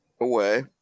away